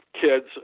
kids